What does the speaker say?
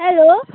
hello